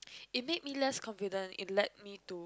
it made me less confident it led me to